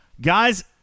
Guys